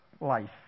life